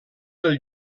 del